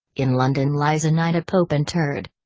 in london lies a knight a pope interred.